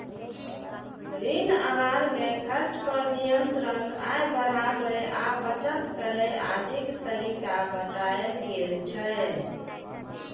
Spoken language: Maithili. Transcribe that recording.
ऋण आहार मे खर्च पर नियंत्रण, आय बढ़ाबै आ बचत करै आदिक तरीका बतायल गेल छै